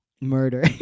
murder